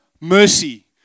mercy